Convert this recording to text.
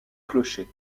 clocher